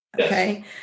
Okay